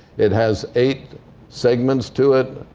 it has eight segments to it.